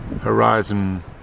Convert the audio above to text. horizon